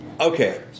Okay